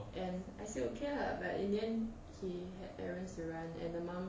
and I said okay lah but in the end he had errands to run and the mum